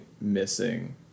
missing